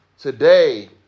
Today